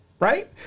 Right